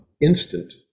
instant